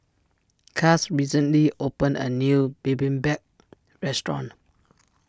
Cass recently opened a new Bibimbap restaurant